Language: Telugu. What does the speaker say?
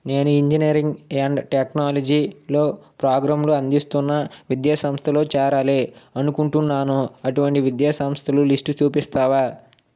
నేను ఇంజనీరింగ్ అండ్ టెక్నాలజీలో ప్రోగ్రాంలు అందిస్తున్న విద్యా సంస్థలో చేరాలి అనుకుంటునాను అటువంటి విద్యా సంస్థలు లిస్ట్ చూపిస్తావా